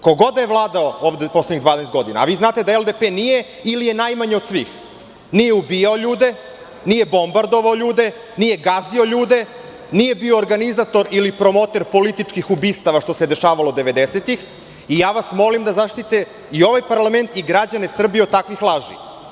Ko god da je vladao poslednjih 12 godina, a znate da LDP nije ili je najmanje od svih, nije ubijao ljude, nije bombardovao, nije gazio ljude, nije bio organizator ili promoter političkih ubistava što se dešavalo 90-tih i molim vas da zaštitite i ovaj parlament i građane Srbije od takvih laži.